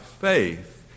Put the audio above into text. faith